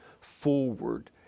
forward